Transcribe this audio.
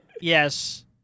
Yes